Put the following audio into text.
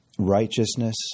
righteousness